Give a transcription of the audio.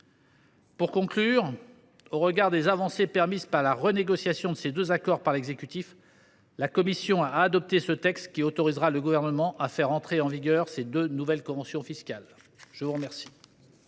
Pour conclure, au regard des avancées permises par la renégociation de ces deux accords par l’exécutif, la commission a adopté ce texte qui autorisera le Gouvernement à faire entrer en vigueur ces deux nouvelles conventions fiscales. La parole